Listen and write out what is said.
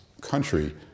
country